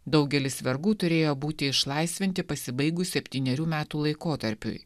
daugelis vergų turėjo būti išlaisvinti pasibaigus septynerių metų laikotarpiui